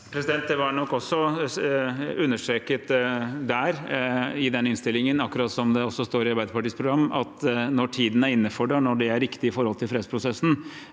Det var nok også understreket i den innstillingen, akkurat som det står i Arbeiderpartiets program, at det er når tiden er inne for det, og når det er riktig i forhold til fredsprosessen.